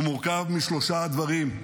הוא מורכב משלושה דברים: